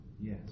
yes